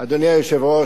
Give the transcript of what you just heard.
אדוני היושב-ראש,